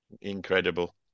Incredible